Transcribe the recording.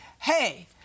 Hey